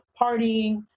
partying